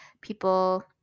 people